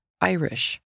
Irish